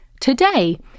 Today